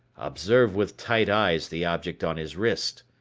observe with tight eyes the object on his wrist.